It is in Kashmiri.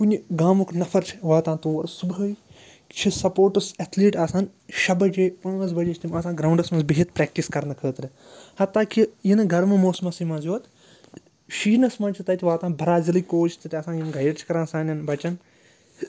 کُنہِ گامُک نَفَر چھِ واتان تور صُبحٲے چھِ سَپوٹٕس ایتھلیٖٹ آسان شےٚ بَجے پانٛژھ بَجے چھِ تِم آسان گرٛاوُنٛڈَس منٛز بِہِتھ پرٛٮ۪کٹِس کَرنہٕ خٲطرٕ ہَتاکہِ یِنہٕ گَرمہٕ موسمَسٕے منٛز یوٚت شیٖنَس منٛز چھِ تَتہِ واتان برازٔلی کوچ تَتہِ آسان یِم گایِڈ چھِ کَران سانٮ۪ن بَچَن